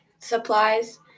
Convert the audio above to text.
supplies